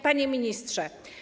Panie Ministrze!